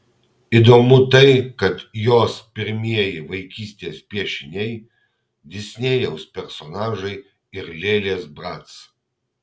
įdomu tai kad jos pirmieji vaikystės piešiniai disnėjaus personažai ir lėlės brac